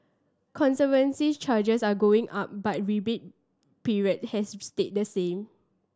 conservancy charges are going up but rebate period has stayed the same